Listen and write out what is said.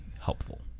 helpful